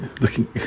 looking